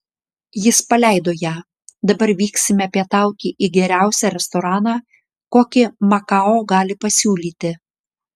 jis paleido ją dabar vyksime pietauti į geriausią restoraną kokį makao gali pasiūlyti